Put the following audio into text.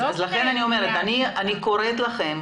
לא --- לכן אני אומרת, אני קוראת לכם